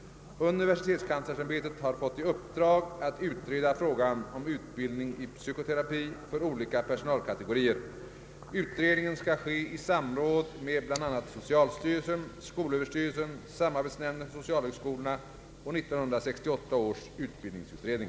Universitetskanslersämbetet har fått i uppdrag att utreda frågan om utbildning i psykoterapi för olika personalkategorier. Utredningen skall ske i samråd med bl.a. socialstyrelsen, skolöverstyrelsen, samarbetsnämnden för socialhögskolorna och 1968 års utbildningsutredning.